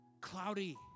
cloudy